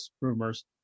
rumors